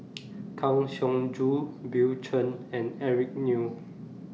Kang Siong Joo Bill Chen and Eric Neo